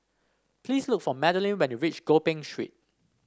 please look for Madelynn when you reach Gopeng Street